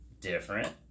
different